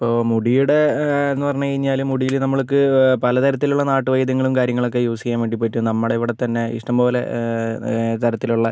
ഇപ്പോൾ മുടിയുടെ എന്ന് പറഞ്ഞു കഴിഞ്ഞാൽ മുടിയിൽ നമക്ക് പലതരത്തിലുള്ള നാട്ടുവൈദ്യങ്ങളും കാര്യങ്ങളും ഒക്കെ യൂസ് ചെയ്യാൻ വേണ്ടി പറ്റും നമ്മുടെ ഇവിടെ തന്നെ ഇഷ്ടംപോലെ തരത്തിലുള്ള